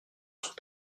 sont